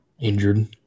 injured